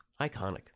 Iconic